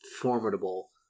formidable